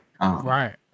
right